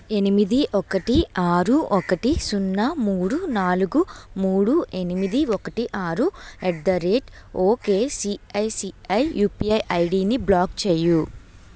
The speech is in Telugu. ఎనిమిది ఒకటి ఆరు ఒకటి సున్నా మూడు నాలుగు మూడు ఎనిమిది ఒకటి ఆరు at the rate okay ICICI UPI ఐడిని బ్లాక్ చేయి